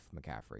McCaffrey